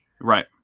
Right